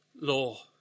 law